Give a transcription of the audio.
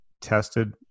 tested